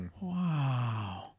Wow